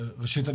ראשית,